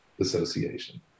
Association